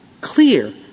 clear